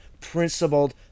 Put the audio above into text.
principled